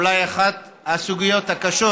אולי אחת הסוגיות הקשות,